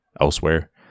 elsewhere